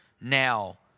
now